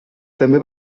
també